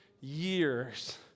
years